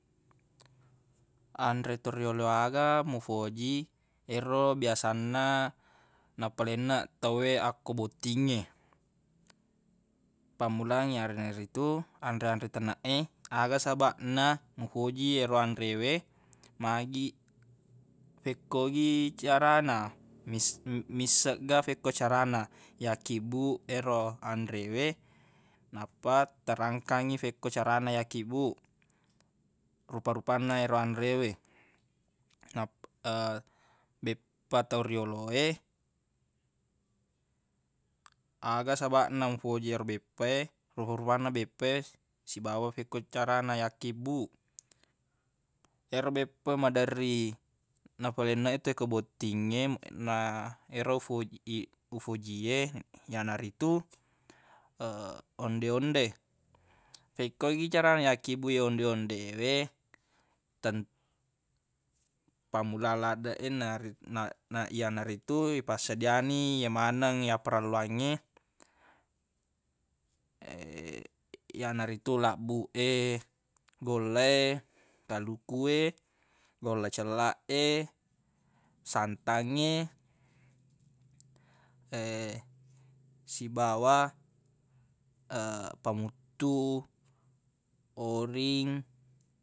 Anre toriyolo aga mufoji ero biasanna napalenneq tawwe akko bottingnge pammulang yanaritu anre-anre taneq e aga sabaq na mufoji ero anre we magi fekkogi carana mis- misseng ga feekoi carana yakkibbuq ero anre we nappa tarangkangngi fekko carana yakkibbuq rupa-rupanna yero anre we na- beppa tau riyolo e aga sabaq na mufoji ero beppa e rufa-rufanna beppa esibawa fekkoi carana yakkibbuq ero beppa e madderri nafalenneq e te ko bottingnge na ero ufoji- ufoji e yanaritu onde-onde fekko gi carana yakkibbu ye onde-onde we ten- pammulang laddeq e nari- na- yanaritu ipassedia ni ye maneng yapparelluangnge yanaritu labbuq e golla e kaluku e golla cellaq e santangnge sibawa pamuttu oring.